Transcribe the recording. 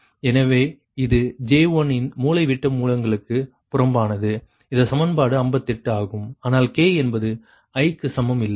எனவே இது J1 இன் மூலைவிட்ட மூலங்களுக்குப் புறம்பானது இது சமன்பாடு 58 ஆகும் ஆனால் k என்பது i க்கு சமம் இல்லை